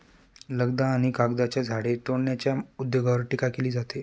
लगदा आणि कागदाच्या झाडे तोडण्याच्या उद्योगावर टीका केली जाते